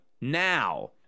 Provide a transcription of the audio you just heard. now